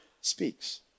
speaks